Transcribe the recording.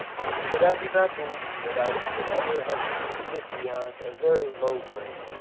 but i do not believe that i should ever have succeeded beyond a very low grade.